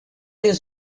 your